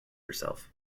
herself